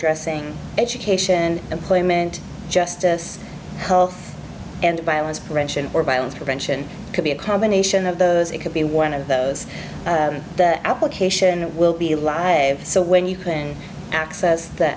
dressing education employment justice health and violence prevention or violence prevention could be a combination of those it could be one of those application it will be live so when you can access th